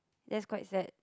that's quite sad